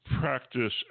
practice